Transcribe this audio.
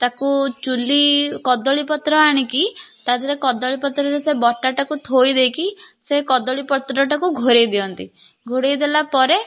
ତାକୁ ଚୂଲି କଦଳୀ ପତ୍ର ଆଣିକି ତା ଦିହରେ କଦଳୀ ପତ୍ରର ସେ ବଟାଟାକୁ ଥୋଇଦେଇକି ସେ କଦଳୀ ପତ୍ରଟାକୁ ଘୋଡ଼ାଇଦିଅନ୍ତି ଘୋଡ଼ାଇ ଦେଲା ପରେ